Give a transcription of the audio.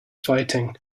fighting